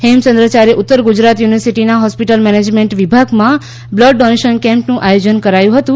હેમચંદ્રાયાર્થ ઉત્તર ગુજરાત યુનિવર્સિટીના હોસ્પિટલ માાજજમાટ વિભાગમાં બ્લડ ડોનશ્વન કેમ્પનું આયોજન કરાયું હતું